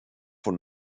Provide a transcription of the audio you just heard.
von